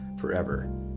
forever